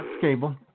Cable